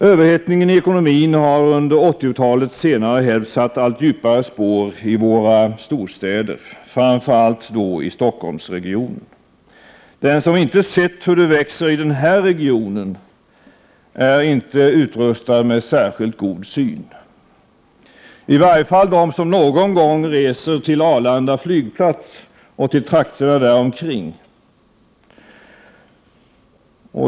Överhettningen i ekonomin har under 80-talets senare hälft satt allt djupare spår i våra storstäder, framför allt i Stockholmsregionen. Den som inte sett hur det växer i den regionen är inte utrustad med särskilt god syn. Det gäller i varje fall för den som någon gång ibland reser till Arlanda flygplats och till trakterna därikring.